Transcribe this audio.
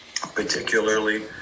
particularly